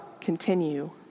continue